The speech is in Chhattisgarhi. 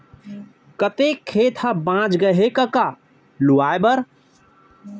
कतेक खेत ह बॉंच गय हे कका लुवाए बर?